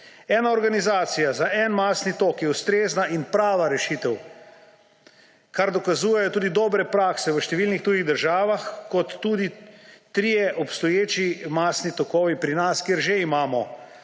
Ena organizacija za en masni tok je ustrezna in prava rešitev, kar dokazujejo tudi dobre prakse v številnih tujih državah kot tudi trije obstoječi masni tokovi pri nas, kjer že imamo